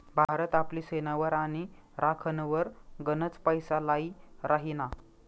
भारत आपली सेनावर आणि राखनवर गनच पैसा लाई राहिना